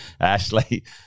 Ashley